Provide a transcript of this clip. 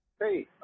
Hey